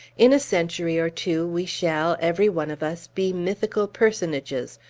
in a century or two, we shall, every one of us, be mythical personages,